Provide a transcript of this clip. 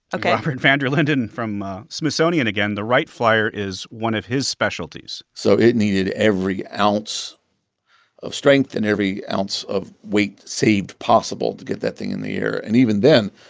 ok robert van der linden from smithsonian again. the wright flyer is one of his specialties so it needed every ounce of strength and every ounce of weight saved possible to get that thing in the air. and even then,